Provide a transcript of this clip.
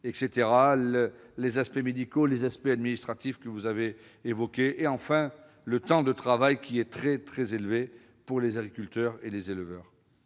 les problèmes médicaux, les tracas administratifs, que vous avez évoqués, et, enfin, le temps de travail, qui est très élevé pour les agriculteurs et les éleveurs.